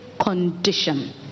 condition